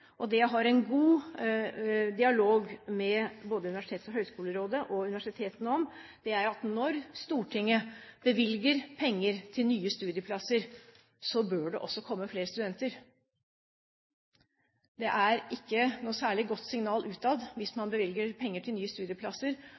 og det jeg har en god dialog med både Universitets- og høgskolerådet og universitetene om, er at når Stortinget bevilger penger til nye studieplasser, bør det også komme flere studenter. Det er ikke noe særlig godt signal utad hvis man bevilger penger til nye studieplasser,